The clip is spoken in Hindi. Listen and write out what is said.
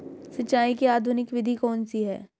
सिंचाई की आधुनिक विधि कौन सी है?